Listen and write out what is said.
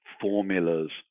formulas